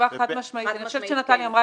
התשובה החד משמעית - אני חושבת שנטליה כרגע אמרה